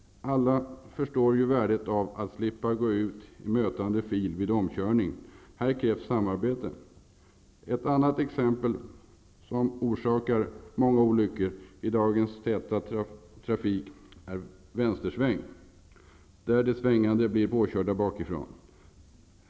Alla förstår ju värdet av att slippa gå ut i mötande fil vid omkörning. Här krävs samarbete. En annan företeelse som orsakar många olyckor i dagens täta trafik är vänstersväng, där den svängande blir påkörd bakifrån.